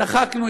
צחקנו,